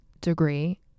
degree